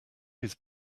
his